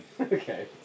Okay